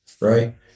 right